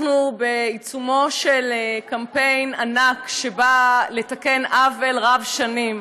אנחנו בעיצומו של קמפיין ענק שנועד לתקן עוול רב-שנים.